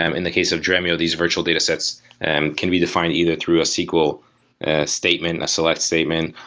um in the case of dremio, these virtual datasets and can be defined either through a sql statement, a select statement,